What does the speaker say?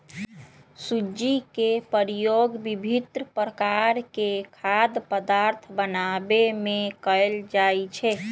सूज्ज़ी के प्रयोग विभिन्न प्रकार के खाद्य पदार्थ बनाबे में कयल जाइ छै